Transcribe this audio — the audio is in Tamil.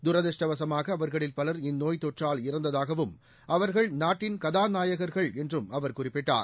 தரதிருஷ்டவசமாக அவர்களில் பவர் இந்நோய்த் தொற்றால் இறந்ததாகவும் அவர்கள் நாட்டின் கதாநாயகர்கள் என்றும் அவர் குறிப்பிட்டார்